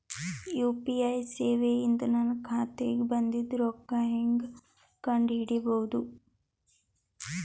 UPI ಸೇವೆ ಇಂದ ನನ್ನ ಖಾತಾಗ ಬಂದಿದ್ದ ರೊಕ್ಕ ಹೆಂಗ್ ಕಂಡ ಹಿಡಿಸಬಹುದು?